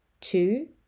Two